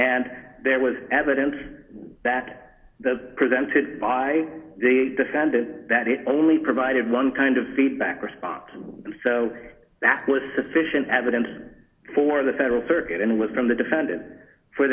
and there was evidence that the presented by the defendant that it only provided one kind of feedback response so that was sufficient evidence for the federal circuit and it was from the defendant for